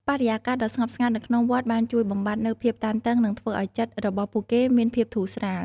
បរិយាកាសដ៏ស្ងប់ស្ងាត់នៅក្នុងវត្តបានជួយបំបាត់នូវភាពតានតឹងនិងធ្វើឱ្យចិត្តរបស់ពួកគេមានភាពធូរស្រាល។